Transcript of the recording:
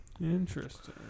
Interesting